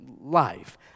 life